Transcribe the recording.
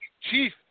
chief